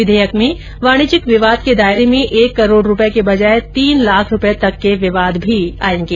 विधेयक में वाणिज्यिक विवाद के दायरे में एक करोड़ रुपये के बजाय तीन लाख रुपये तक के विवाद भी आयेंगे